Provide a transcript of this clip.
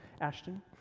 Ashton